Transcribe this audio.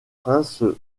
prince